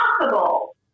possible